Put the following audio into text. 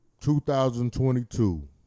2022